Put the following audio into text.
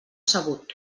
sabut